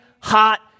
hot